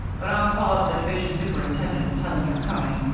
but i'll call up the division superintendent and tell him you're coming.